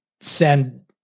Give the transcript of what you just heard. send